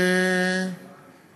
בוקר טוב.